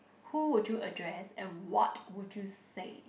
who would you address and what would you say